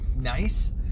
nice